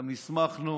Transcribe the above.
גם נסמכנו